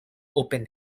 open